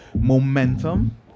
momentum